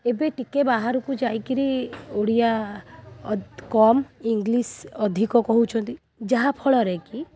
ଏବେ ଟିକେ ବାହାରକୁ ଯାଇକରି ଓଡ଼ିଆ ଅ କମ୍ ଇଂଲିଶ୍ ଅଧିକ କହୁଛନ୍ତି ଯାହା ଫଳରେ କି